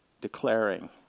declaring